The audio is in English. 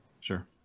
Sure